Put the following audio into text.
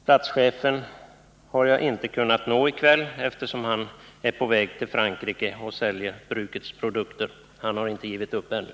Platschefen har jag inte kunnat nå i kväll, eftersom han är på väg till Frankrike för att sälja brukets produkter — han har inte givit upp ännu.